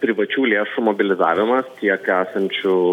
privačių lėšų mobilizavimas tiek esančių